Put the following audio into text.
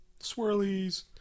Swirlies